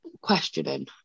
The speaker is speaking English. questioning